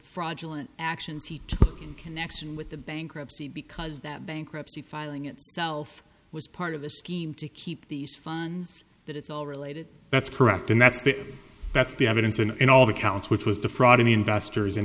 fraudulent actions he took in connection with the bankruptcy because the bankruptcy filing itself was part of the scheme to keep these funds that it's all related that's correct and that's the that's the evidence and in all the counts which was defrauding investors and